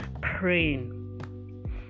praying